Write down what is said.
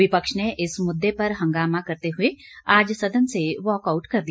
विपक्षी ने इस मुद्दे पर हंगामा करते हुए आज सदन से वाकआउट कर दिया